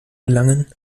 gelangen